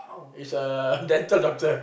is a dental doctor